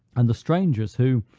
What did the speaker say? and the strangers who,